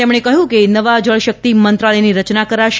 તેમણે કહ્યું કે નવા જળશક્તિ મંત્રાલયની રચના કરાશે